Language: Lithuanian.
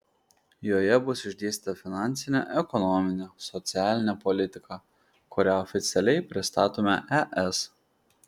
joje bus išdėstyta finansinė ekonominė socialinė politika kurią oficialiai pristatome es